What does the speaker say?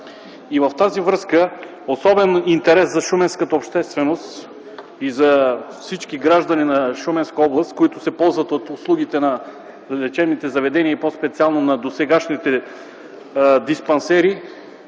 В тази връзка от особен интерес за шуменската общественост и за всички граждани на Шуменска област, които се ползват от услугите на лечебните заведения, и по-специално на досегашните диспансери,